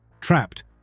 Trapped